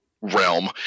realm